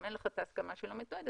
אם אין לך את ההסכמה שלו מתועדת,